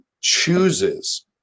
chooses